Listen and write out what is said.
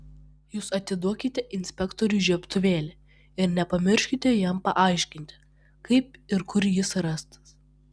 jūs atiduokite inspektoriui žiebtuvėlį ir nepamirškite jam paaiškinti kaip ir kur jis rastas